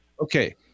Okay